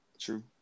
True